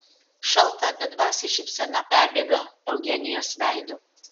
šalta bedvasė šypsena perbėga eugenijos veidu